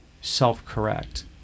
self-correct